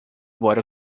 border